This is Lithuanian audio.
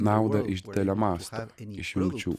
naudą iš didelio masto iš jungčių